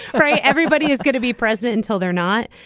right. everybody is going to be president until they're not.